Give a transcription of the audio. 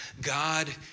God